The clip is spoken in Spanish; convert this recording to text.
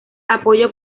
apoyo